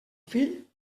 fill